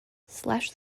slash